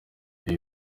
ibi